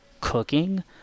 cooking